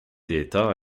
d’état